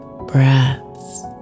breaths